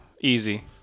Easy